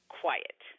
quiet